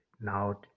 now